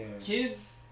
Kids